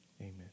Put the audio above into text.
Amen